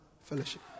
Fellowship